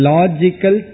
Logical